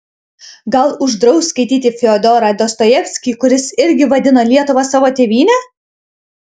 gal uždraus skaityti fiodorą dostojevskį kuris irgi vadino lietuvą savo tėvyne